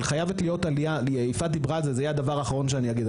אבל חייבת להיות עלייה זה יהיה הדבר האחרון שאני אגיד,